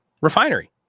refinery